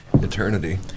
eternity